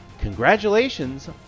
congratulations